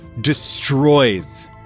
destroys